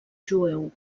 jueu